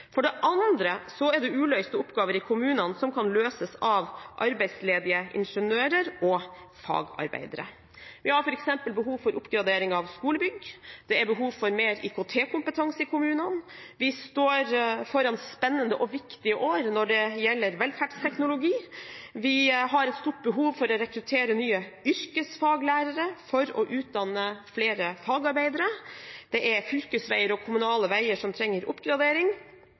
For det andre er det uløste oppgaver i kommunene som kan løses av arbeidsledige ingeniører og fagarbeidere. Vi har f.eks. behov for oppgradering av skolebygg, det er behov for mer IKT-kompetanse i kommunene, vi står foran spennende og viktige år når det gjelder velferdsteknologi, vi har et stort behov for å rekruttere nye yrkesfaglærere for å utdanne flere fagarbeidere, det er fylkesveier og kommunale veier som trenger oppgradering,